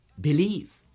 believe